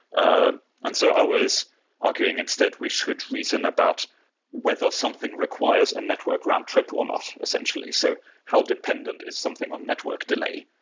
ah and so i was arguing instead we should reason about whether something requires a network round trip or not, essentially. so how dependent is something on network delay,